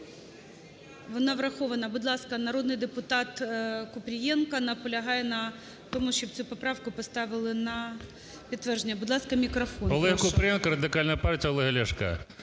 Вона врахована. Будь ласка, народний депутат Купрієнко наполягає на тому, щоб цю поправку поставили на підтвердження. Будь ласка, мікрофон. Прошу. 16:46:43 КУПРІЄНКО О.В. Олег Купрієнко, Радикальна партія Олега Ляшка.